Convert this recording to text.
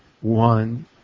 one